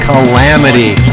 Calamity